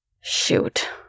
Shoot